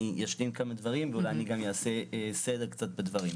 אני אשלים כמה דברים ואולי אעשה קצת סדר בדברים.